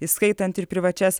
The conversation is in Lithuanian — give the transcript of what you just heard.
įskaitant ir privačias